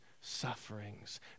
sufferings